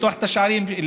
לפתוח להם את השערים.